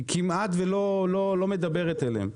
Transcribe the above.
היא כמעט ולא מדברת אליהם.